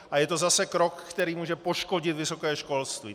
A je to zase krok, který může poškodit vysoké školství.